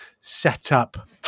setup